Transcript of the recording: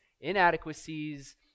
inadequacies